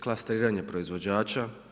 Klasteriranje proizvođača.